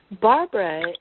Barbara